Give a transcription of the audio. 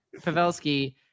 Pavelski